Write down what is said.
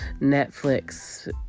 Netflix